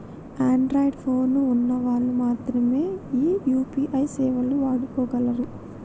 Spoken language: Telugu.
అన్ద్రాయిడ్ పోను ఉన్న వాళ్ళు మాత్రమె ఈ యూ.పీ.ఐ సేవలు వాడుకోగలరు